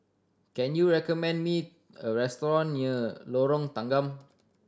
can you recommend me a restaurant near Lorong Tanggam